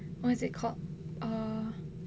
what is it called err